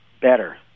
better